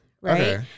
right